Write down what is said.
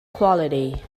quality